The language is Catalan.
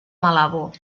malabo